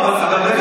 ולמה בכלל